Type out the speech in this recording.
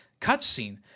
cutscene